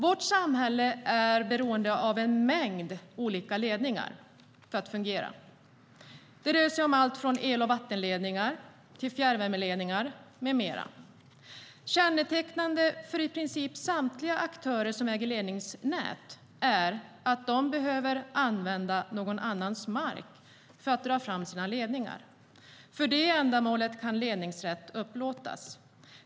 Vårt samhälle är beroende av en mängd olika ledningar för att fungera. Det rör sig om allt från el och vattenledningar till fjärrvärmeledningar med mera. Kännetecknande för i princip samtliga aktörer som äger ledningsnät är att de behöver använda någon annans mark för att dra fram sina ledningar. För det ändamålet kan ledningsrätt upplåtas.